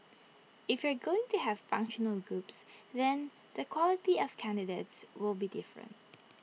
if you're going to have functional groups then the quality of candidates will be different